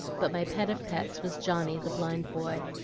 but my pet of pets was johnny, the blind boy.